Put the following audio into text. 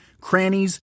crannies